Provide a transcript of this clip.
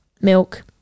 milk